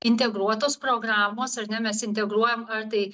integruotos programos ar ne mes integruojam ar tai